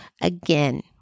again